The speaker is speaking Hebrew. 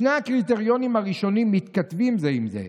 "שני הקריטריונים הראשונים מתכתבים זה עם זה: